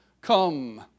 Come